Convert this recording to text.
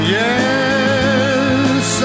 yes